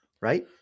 right